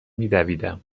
میدویدم